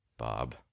Bob